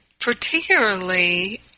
particularly